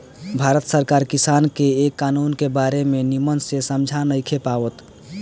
भारत सरकार किसान के ए कानून के बारे मे निमन से समझा नइखे पावत